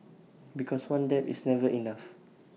because one dab is never enough